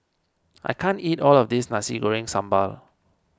I can't eat all of this Nasi Goreng Sambal